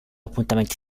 appuntamenti